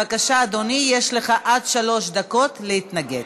בבקשה, אדוני, יש לך עד שלוש דקות להתנגד.